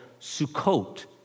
Sukkot